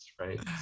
right